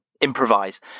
Improvise